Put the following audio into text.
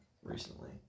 Recently